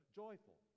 joyful